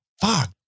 Fuck